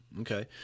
Okay